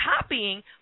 copying